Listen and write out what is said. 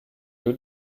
you